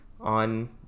on